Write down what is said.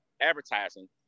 advertising